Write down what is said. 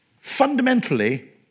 Fundamentally